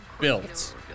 built